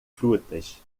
frutas